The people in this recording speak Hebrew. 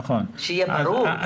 שיהיה ברור.